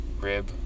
rib